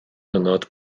hynod